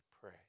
pray